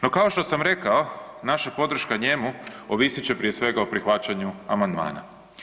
No, kao što sam rekao naša podrška njemu ovisit će prije svega o prihvaćanju amandmana.